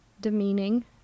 demeaning